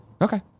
Okay